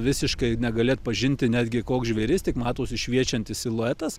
visiškai negali atpažinti netgi koks žvėris tik matosi šviečiantis siluetas